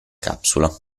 capsula